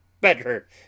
better